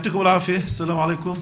סלאם עליכום.